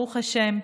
ברוך השם,